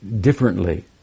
differently